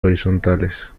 horizontales